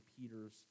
Peter's